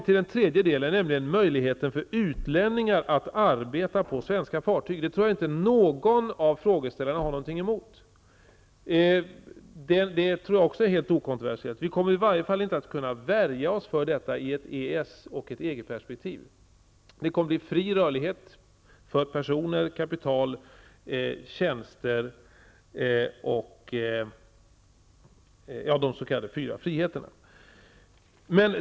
I den tredje delen berörs möjligheten för utlänningar att arbeta på svenska fartyg, vilket jag inte tror att att någon av frågeställarna har någonting emot. Detta är nog också helt okontroversiellt. Vi kommer ändå inte att kunna värja oss mot det här i ett EES och EG-perspektiv. Det kommer att bli fri rörlighet för personer, kapital, tjänster och varor, dvs. de s.k. fyra friheterna.